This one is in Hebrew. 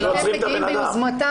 הם מגיעים ביוזמתם,